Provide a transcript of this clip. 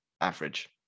average